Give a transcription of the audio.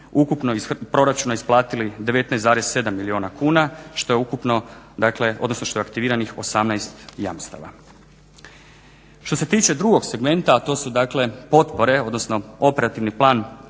ukupno iz proračuna isplatili 19,7 milijuna kuna što je aktiviranih 18 jamstava. Što se tiče drugog segmenta, a to su dakle potpore odnosno operativni plan